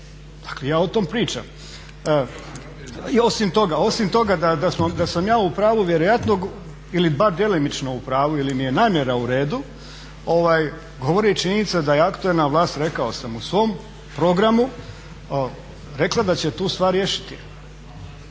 Dakle, ja o tom pričam. I osim toga, osim toga da sam ja u pravu vjerojatno ili bar djelomično u pravu ili mi je namjera u redu govori i činjenica da je aktualna vlast rekao sam u svom programu rekla da će tu stvar riješiti.